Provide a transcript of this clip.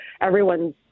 everyone's